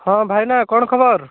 ହଁ ଭାଇନା କ'ଣ ଖବର